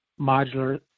modular